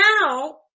now